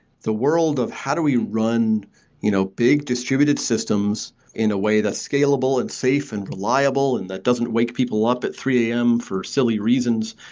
the world of how do we run you know big distributed systems in a way that's scalable and safe and reliable and that doesn't wake people up at three am for silly reasons,